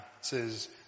says